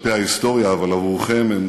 בדפי ההיסטוריה, אבל עבורכם הם